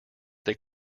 they